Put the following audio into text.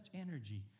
energy